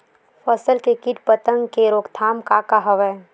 फसल के कीट पतंग के रोकथाम का का हवय?